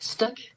Stuck